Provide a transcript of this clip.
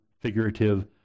figurative